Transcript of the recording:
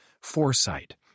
foresight